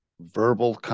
Verbal